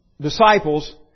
disciples